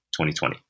2020